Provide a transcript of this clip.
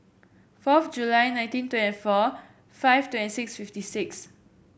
fourth July nineteen twenty four five twenty six fifty six